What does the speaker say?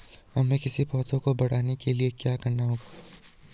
हमें किसी पौधे को बढ़ाने के लिये क्या करना होगा?